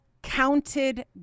counted